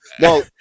no